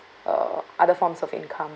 uh other forms of income